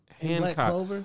Hancock